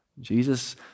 Jesus